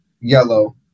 yellow